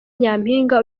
nyampinga